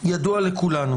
זאת דעתי בכל מקרה.